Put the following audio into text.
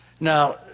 Now